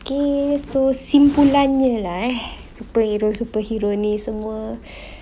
K so simpulannya lah eh superhero superhero ni semua